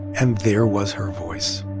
and there was her voice